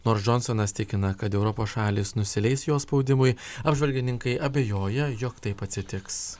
nors džonsonas tikina kad europos šalys nusileis jo spaudimui apžvalgininkai abejoja jog taip atsitiks